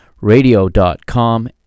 radio.com